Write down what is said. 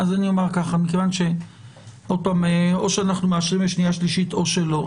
מכיוון שאו שאנחנו מאשרים לשנייה ושלישית או שלא,